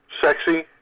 sexy